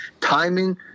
timing